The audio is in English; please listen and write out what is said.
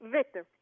Victor